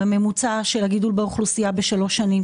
בהתאם לממוצע של גידול האוכלוסייה בשלוש שנים,